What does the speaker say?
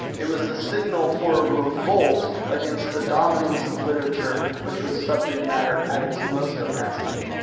it was the signal for revolt against the dominance of literature which was subject matter at its most oppressive.